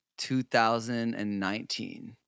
2019